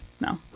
No